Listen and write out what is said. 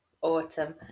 autumn